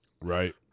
right